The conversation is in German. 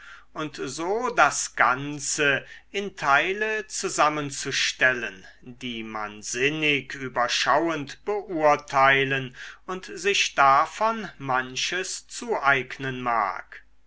und so das ganze in teile zusammenzustellen die man sinnig überschauend beurteilen und sich davon manches zueignen mag